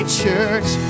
church